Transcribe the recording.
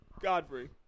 Godfrey